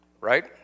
Right